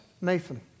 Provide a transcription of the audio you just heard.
Nathan